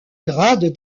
grade